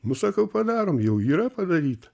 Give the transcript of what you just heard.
nu sakau padarom jau yra padaryta